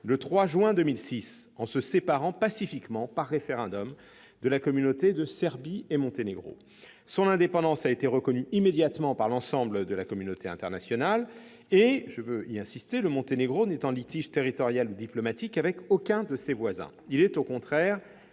le 3 juin 2006, en se séparant pacifiquement, par référendum, de la communauté de Serbie-et-Monténégro. Son indépendance a été reconnue immédiatement par l'ensemble de la communauté internationale et, je veux y insister, le Monténégro n'est en litige territorial ou diplomatique avec aucun de ses voisins. Il est au contraire